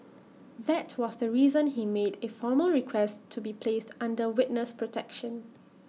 that was the reason he made A formal request to be placed under witness protection